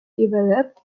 developed